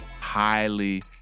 highly